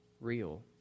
real